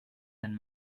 than